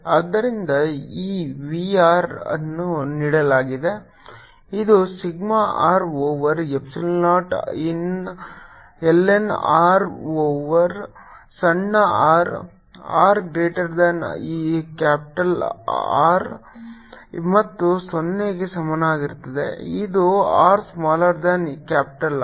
ಆದ್ದರಿಂದ ಈ v r ಅನ್ನು ನೀಡಲಾಗಿದೆ ಇದು sigma R over epsilon naught ln R over ಸಣ್ಣ r r greater than capital R ಮತ್ತು 0 ಗೆ ಸಮನಾಗಿರುತ್ತದೆಇದು r smaller than capital R